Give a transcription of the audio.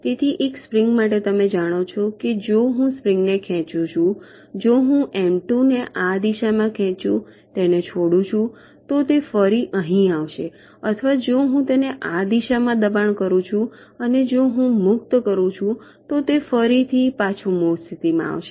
તેથી એક સ્પ્રિંગ માટે તમે જાણો છો કે જો હું સ્પ્રિંગ ને ખેંચું છું જો હું એમ 2 ને આ દિશામાં ખેંચું છું તેને છોડું છું તો તે ફરીથી અહીં આવશે અથવા જો હું તેને આ દિશામાં દબાણ કરું છું અને જો હું મુક્ત કરું તો તે ફરીથી પાછું મૂળ સ્થિતિમાં આવશે